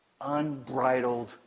Unbridled